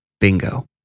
Bingo